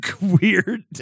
Weird